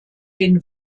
den